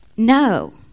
No